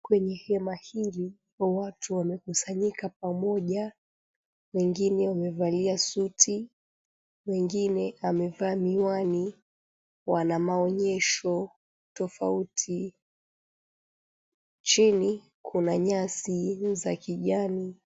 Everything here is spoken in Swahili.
Kwenye hema hili watu wamekusanyika pamoja wengine wamevalia suti mwengine amevaa miwani wana maonyesho tofauti chini kuna nyasi za kijani.